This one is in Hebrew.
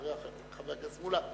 אחר כך חבר הכנסת מולה,